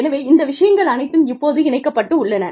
எனவே இந்த விஷயங்கள் அனைத்தும் இப்போது இணைக்கப் பட்டுள்ளன